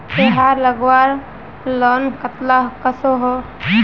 तेहार लगवार लोन कतला कसोही?